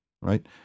Right